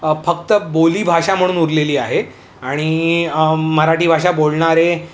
फक्त बोलीभाषा म्हणून उरलेली आहे आणि मराठी भाषा बोलणारे